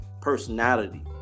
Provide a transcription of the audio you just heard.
personality